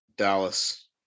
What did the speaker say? dallas